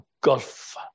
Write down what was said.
gulf